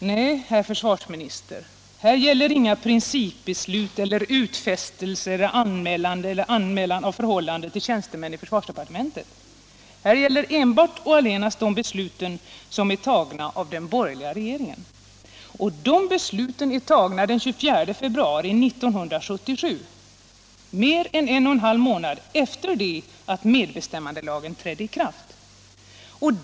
Nej, herr försvarsminister, här gäller inga principbeslut eller utfästelser eller anmälan av förhållanden till tjänstemännen i försvarsdepartementet. Här gäller enbart och allenast de beslut som fattats av den borgerliga regeringen. De besluten fattades den 24 februari 1977, mer än en och halv månad efter det att med bestämmandelagen trädde i kraft.